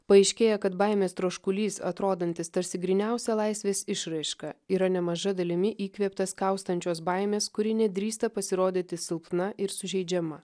paaiškėja kad baimės troškulys atrodantis tarsi gryniausia laisvės išraiška yra nemaža dalimi įkvėptas kaustančios baimės kuri nedrįsta pasirodyti silpna ir sužeidžiama